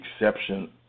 exception